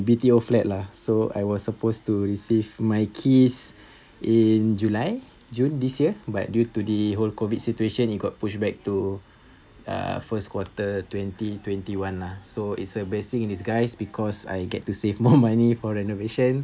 B_T_O flat lah so I was supposed to receive my keys in july june this year but due to the whole COVID situation it got pushed back to uh first quarter twenty twenty one lah so is a blessing in disguise because I get to save more money for renovation